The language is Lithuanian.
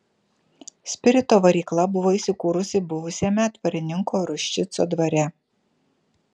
spirito varykla buvo įsikūrusi buvusiame dvarininko ruščico dvare